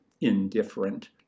indifferent